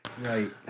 Right